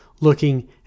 looking